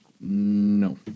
No